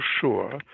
sure